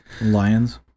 Lions